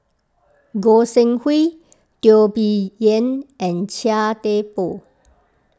Goi Seng Hui Teo Bee Yen and Chia Thye Poh